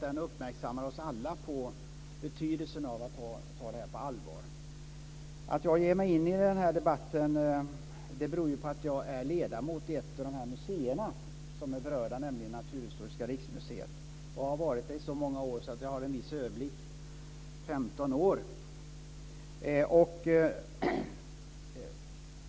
Den uppmärksammar nämligen oss alla på betydelsen av att ta det här på allvar. Att jag ger mig in i den här debatten beror på att jag är ledamot i ett av de här museerna, som är berörda, nämligen Naturhistoriska riksmuseet. Jag har varit det i så många år att jag har en viss överblick - 15 år.